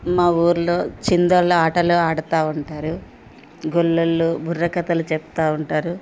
మా ఊర్లో చిందళ్ళ ఆటలు ఆడుతూ ఉంటారు గుళ్ళళ్ళు బుర్రకథలు చెప్తూ ఉంటారు